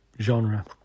genre